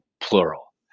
plural